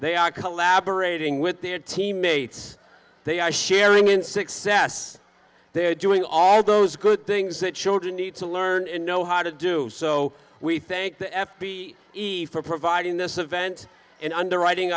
they are collaborating with their teammates they are sharing in success they're doing all those good things that children need to learn and know how to do so we thank the f b e for providing this event in underwriting